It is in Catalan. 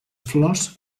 flors